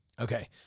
Okay